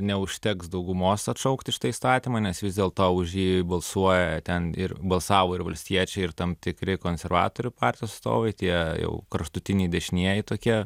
neužteks daugumos atšaukti šitą įstatymą nes vis dėlto už jį balsuoja ten ir balsavo ir valstiečiai ir tam tikri konservatorių partijos atstovai tie jau kraštutiniai dešinieji tokie